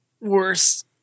worse